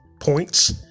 points